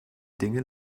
dinge